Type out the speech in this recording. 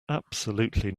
absolutely